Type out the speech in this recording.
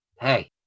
hey